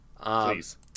Please